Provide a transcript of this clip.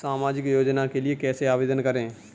सामाजिक योजना के लिए कैसे आवेदन करें?